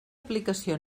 aplicació